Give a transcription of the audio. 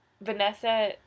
Vanessa